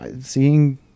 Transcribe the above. seeing